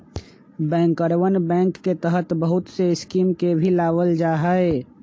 बैंकरवन बैंक के तहत बहुत से स्कीम के भी लावल जाहई